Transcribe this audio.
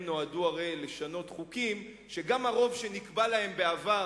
הם נועדו לשנות חוקים שגם הרוב שנקבע להם בעבר,